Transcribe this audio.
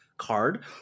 Card